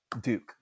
duke